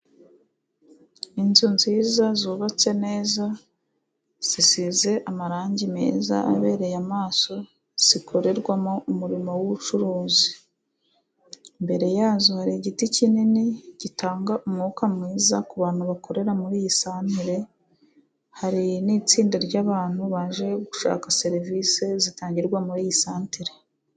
Inzu nziza zubatse neza zisize amarangi meza abereye amaso, zikorerwamo umurimo w'ubucuruzi. Imbere yazo hari igiti kinini gitanga umwuka mwiza ku bantu bakorera muri iyi santere. Hari n'itsinda ry'abantu baje gushaka serivisi zitangirwa muri iyi santere.